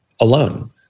alone